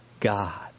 God